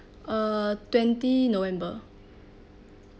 uh twenty november